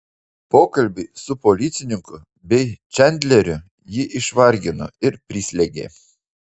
pokalbiai su policininku bei čandleriu jį išvargino ir prislėgė